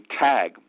tag